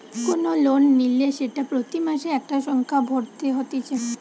কোন লোন নিলে সেটা প্রতি মাসে একটা সংখ্যা ভরতে হতিছে